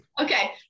Okay